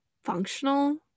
functional